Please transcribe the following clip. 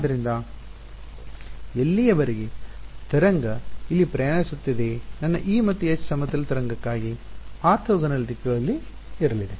ಆದ್ದರಿಂದ ಎಲ್ಲಿಯವರೆಗೆ ತರಂಗ ಇಲ್ಲಿ ಪ್ರಯಾಣಿಸುತ್ತಿದೆ ನನ್ನ E ಮತ್ತು H ಸಮತಲ ತರಂಗಕ್ಕಾಗಿ ಆರ್ಥೋಗೋನಲ್ ದಿಕ್ಕುಗಳಲ್ಲಿ ಇರಲಿದೆ